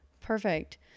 Perfect